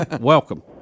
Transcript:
Welcome